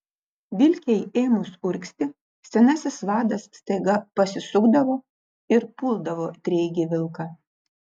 vilkei ėmus urgzti senasis vadas staiga pasisukdavo ir puldavo treigį vilką